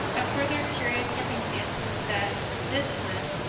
a further curious circumstance was that, at this time,